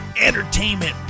entertainment